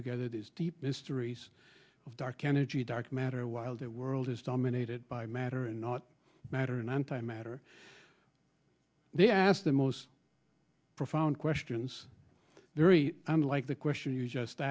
together these deep mysteries of dark energy dark matter while that world is dominated by matter and not matter and anti matter they ask the most profound questions very unlike the question you just